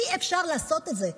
אי-אפשר לעשות את זה.